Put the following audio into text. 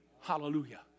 Hallelujah